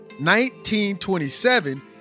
1927